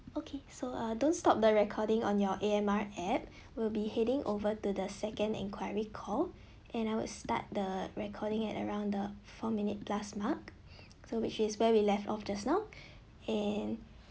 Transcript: okay so uh don't stop the recording on your A_M_R app will be heading over to the second inquiry call and I will start the recording at around the four minutes plus mark so which is where we left off just now and